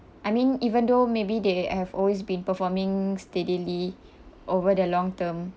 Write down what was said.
I mean even though maybe they have always been performing steadily over the long term